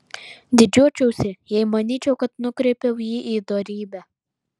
didžiuočiausi jei manyčiau kad nukreipiau jį į dorybę